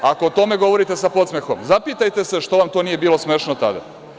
Ako o tome govorite sa podsmehom, zapitajte se što vam to nije bilo smešno tada.